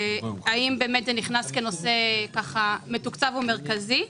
רציתי לדעת מה התקציב לבטיחות בעבודה ואם זה נכנס כנושא מתוקצב ומרכזי.